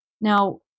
Now